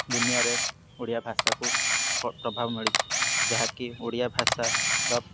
ଦୁନିଆରେ ଓଡ଼ିଆ ଭାଷାକୁ ପ୍ରଭାବ ମିଳିଛି ଯାହାକି ଓଡ଼ିଆ ଭାଷାର